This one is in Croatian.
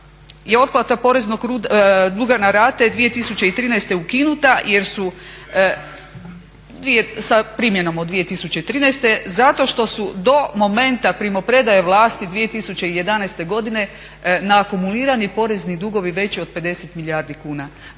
je otplata poreznog duga na rate 2013. ukinuta jer su… … /Upadica se ne razumije./ … Sa primjenom u 2013., zato što su do momenta primopredaje vlasti 2011. godine naakumulirani porezni dugovi veći od 50 milijardi kuna.